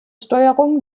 steuerung